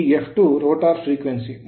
ಈ f2 rotor frequency ಆವರ್ತನ